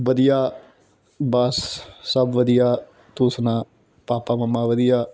ਵਧੀਆ ਬਸ ਸਭ ਵਧੀਆ ਤੂੰ ਸੁਣਾ ਪਾਪਾ ਮਮਾ ਵਧੀਆ